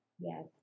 Yes